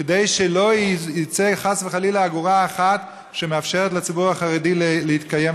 כדי שלא תצא חס וחלילה אגורה אחת שמאפשרת לציבור החרדי להתקיים,